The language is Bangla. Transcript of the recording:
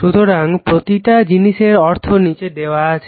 সুতরাং প্রতিটা জিনিসের অর্থ নিচে দেওয়া আছে